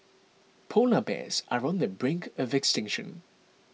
Polar Bears are on the brink of extinction